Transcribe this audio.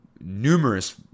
numerous